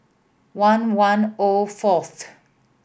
one one O fourth